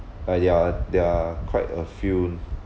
like there are there are quite a few